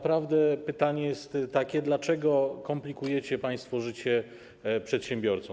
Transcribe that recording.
Pytanie jest takie: Dlaczego komplikujecie państwo życie przedsiębiorcom?